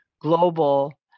global